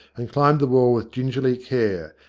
and climbed the wall with gingerly care,